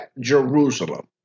Jerusalem